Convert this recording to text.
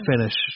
finish